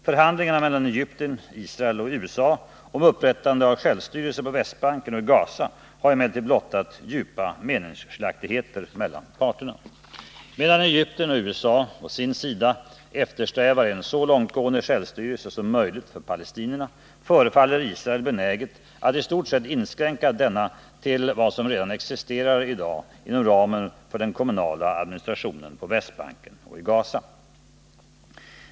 Förhandlingarna mellan Egypten, Israel och USA om upprättande av självstyrelse på Västbanken och i Gaza har emellertid blottat djupa meningsskiljaktigheter mellan parterna. Medan Egypten och USA å sin sida eftersträvar en så långtgående självstyrelse som möjligt för palestinierna, förefaller Israel benäget att i stort sett inskränka denna till vad som redan existerar i dag inom ramen för den kommunala administrationen på Västbanken och i Gaza.